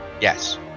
Yes